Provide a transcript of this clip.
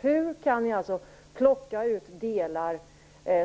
Hur kan ni plocka ut delar